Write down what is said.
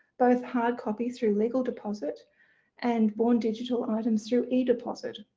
both hard copy through legal deposit and born digital items through edeposit.